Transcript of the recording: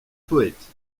poète